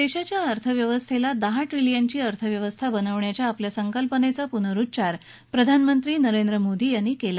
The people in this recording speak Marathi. देशाच्या अर्थव्यवस्थेला दहा ट्रिलियनची अर्थव्यवस्था बनवण्याच्या आपल्या संकल्पनेचा पुनरुच्चार प्रधानमंत्री नरेंद्र मोदी यांनी केला